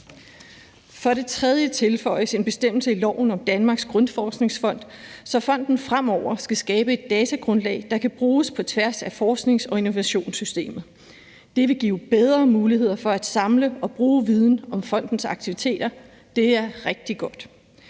For det tredje tilføjes en bestemmelse i loven om Danmarks Grundforskningsfond, så fonden fremover skal skabe et datagrundlag, der kan bruges på tværs af forsknings- og innovationssystemet. Det vil give bedre muligheder for at samle og bruge viden om fondens aktiviteter. Det er rigtig godt.